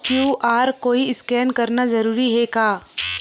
QR code scan करना जरूरी हे का?